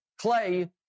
Clay